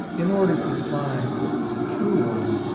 in order to find the true one.